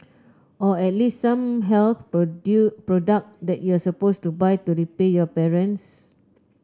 or at least some health product that you're supposed to buy to repay your parents